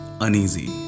uneasy